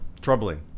troubling